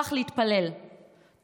כוח להתפלל,